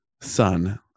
son